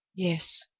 yes,